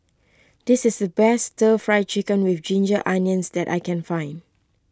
this is the best Stir Fry Chicken with Ginger Onions that I can find